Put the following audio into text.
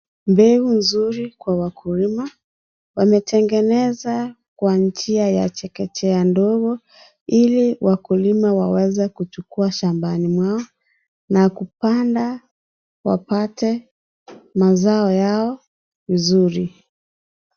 Mbegu nzuri kwa wakulima wametengeneza kwa njia ya chekechea ndogo, ili wakulima waweze kuchukua shambani mwao na kupanda wapate mazao yao vizuri